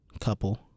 couple